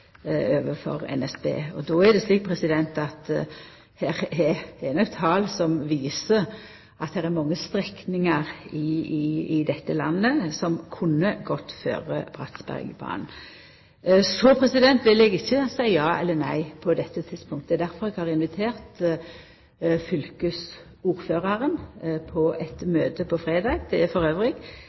overfor NSB. Her er det nok tal som viser at det er mange strekningar i dette landet som kunne gått føre Bratsbergbanen. Eg vil ikkje seia ja eller nei på dette tidspunktet. Difor har eg invitert fylkesordføraren på eit møte på fredag. Det er